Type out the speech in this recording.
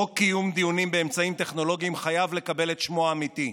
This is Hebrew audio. חוק קיום דיונים באמצעים טכנולוגיים חייב לקבל את שמו האמיתי: